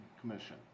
commission